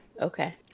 Okay